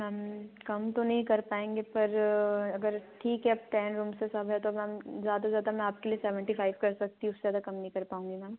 ma'am कम तो नहीं कर पाएंगे पर अगर ठीक है अब टेन रूम्स है सब है तो मैम ज़्यादा से ज़्यादा मैं आपके लिए सेवेन्टी फ़ाइव कर सकती हूँ उससे ज़्यादा कम नहीं कर पाऊँगी मैम